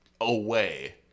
away